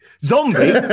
Zombie